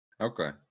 Okay